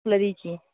খুলে দিয়েছি